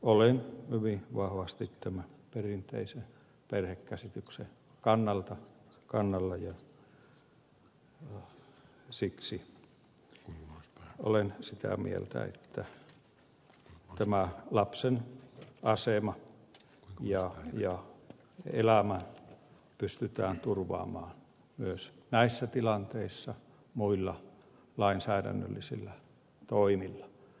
olen hyvin vahvasti tämän perinteisen perhekäsityksen kannalla ja siksi olen sitä mieltä että tämä lapsen asema ja elämä pystytään turvaamaan myös näissä tilanteissa muilla lainsäädännöllisillä toimilla